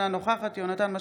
אינה נוכחת יונתן מישרקי,